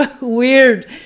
weird